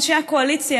אנשי הקואליציה.